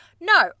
No